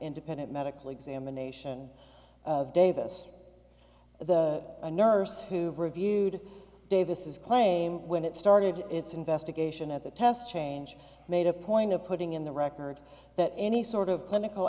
independent medical examination of davis the nurse who reviewed davis is claimed when it started its investigation at the test change made a point of putting in the record that any sort of clinical